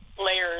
layers